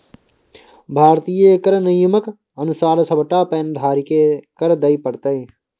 भारतीय कर नियमक अनुसार सभटा पैन धारीकेँ कर दिअ पड़तै